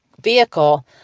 vehicle